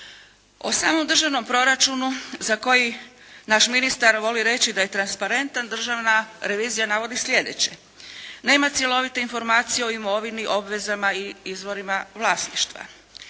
O samom državnom proračunu za koji naš ministar voli reći da je transparentan državna revizija navodi sljedeće. Nema cjelovite informacije o imovini, obvezama i izvorima vlasništva.